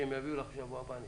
אתה